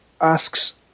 asks